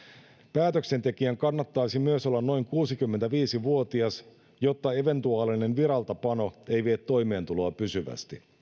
päätöksentekijän kannattaisi olla myös noin kuusikymmentäviisi vuotias jotta eventuaalinen viraltapano ei vie toimeentuloa pysyvästi